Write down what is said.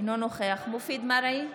אינו נוכח מופיד מרעי,